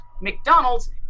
McDonald's